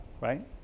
right